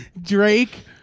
Drake